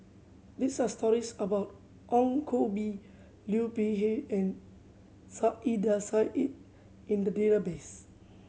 these are stories about Ong Koh Bee Liu Peihe and Saiedah Said in the database